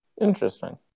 Interesting